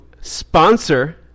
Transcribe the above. sponsor